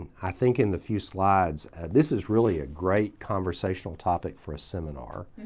i think in the few slides this is really a great conversational topic for a seminar.